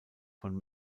von